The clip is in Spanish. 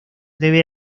debe